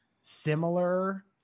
similar